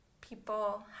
people